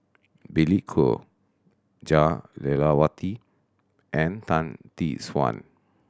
Billy Koh Jah Lelawati and Tan Tee Suan